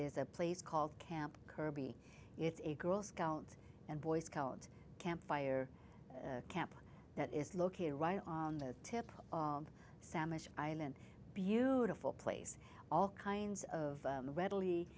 is a place called camp kirby it's a girl scout and boy scout camp fire camp that is located right on the tip of sandwich island beautiful place all kinds of readily